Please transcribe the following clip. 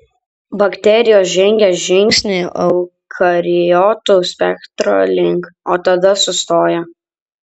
bakterijos žengė žingsnį eukariotų spektro link o tada sustojo